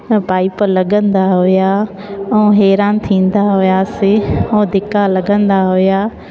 उहो पाइप लॻंदा हुआ ऐं हैरानु थींदा हुयासीं ऐं धीका लॻंदा हुया